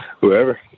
whoever